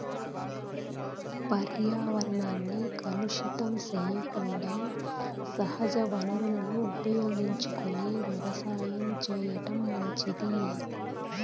పర్యావరణాన్ని కలుషితం సెయ్యకుండా సహజ వనరులను ఉపయోగించుకొని వ్యవసాయం చేయటం మంచిది